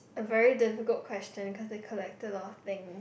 a very difficult question cause i collected a lot of thing